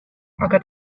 aga